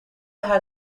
had